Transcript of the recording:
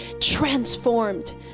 transformed